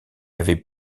avait